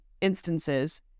instances